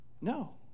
No